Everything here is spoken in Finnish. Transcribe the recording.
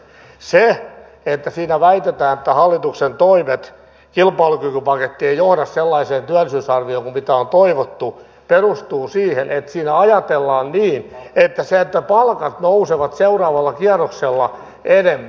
se että siinä väitetään että hallituksen toimet kilpailukykypaketti ei johda sellaiseen työllisyysarvioon kuin mitä on toivottu perustuu siihen että siinä ajatellaan niin että palkat nousevat seuraavalla kierroksella enemmän